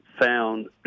found